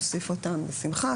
נוסיף אותן בשמחה.